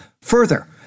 Further